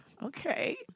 Okay